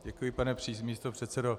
Děkuji, pane místopředsedo.